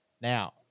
Now